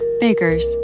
Baker's